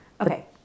Okay